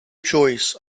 choice